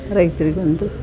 ರೈತರಿಗೊಂದು